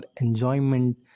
enjoyment